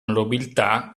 nobiltà